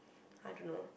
I don't know